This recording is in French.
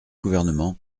gouvernement